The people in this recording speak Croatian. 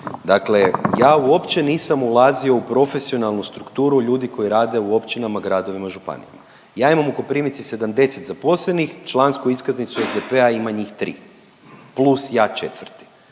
Dakle, ja uopće nisam ulazio u profesionalnu strukturu ljudi koji rade u općinama, gradovima i županijama. Ja imam u Koprivnici 70 zaposlenih člansku iskaznicu SDP-a ima njih tri plus ja četvrti,